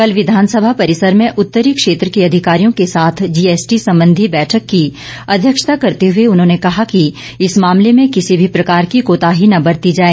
कल विधानसभा परिसर में उतरी क्षेत्र के अधिकारियों के साथ जीएसटी संबंधी बैठक की अध्यक्षता करते हुए उन्होंने कहा कि इस मामलें में किसी भी प्रकार की कोताही ना बरती जाए